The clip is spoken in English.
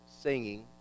singing